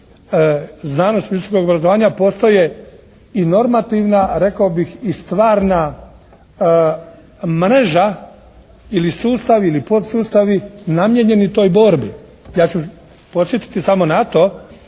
znanosti visokog obrazovanja postoje i normativna, a rekao bih i stvarna mreža ili sustavi ili podsustavi namijenjeni toj borbi. Ja ću podsjetiti samo na to